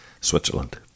switzerland